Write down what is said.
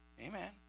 Amen